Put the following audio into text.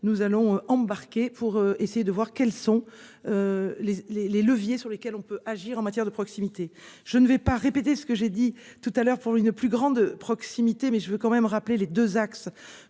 nous allons embarquer pour essayer de voir quelles sont. Les les les leviers sur lesquels on peut agir en matière de proximité. Je ne vais pas répéter ce que j'ai dit tout à l'heure pour une plus grande proximité mais je veux quand même rappeler les 2 axes